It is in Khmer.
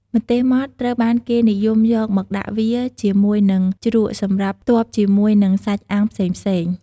ម្ទេសម៉ត់ត្រូវបានគេនិយមយកមកដាក់វាជាមួយនិងជ្រក់សម្រាប់ផ្ទាប់ជាមួយនិងសាច់អាំងផ្សេងៗ។